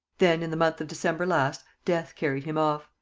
then in the month of december last death carried him off.